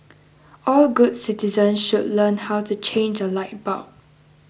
all good citizens should learn how to change a light bulb